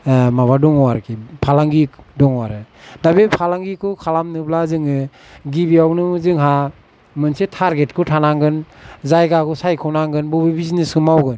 माबा दङ आरोखि फालांगि दङ आरो दा बे फालांगिखौ खालामनोब्ला जोङो गिबियावनो जोंहा मोनसे तार्गेतखौ थानांगोन जायगाखौ सायख'नांगोन बबे बिजनेसखौ मावगोन